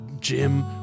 Jim